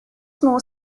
small